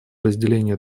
разделения